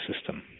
system